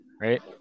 right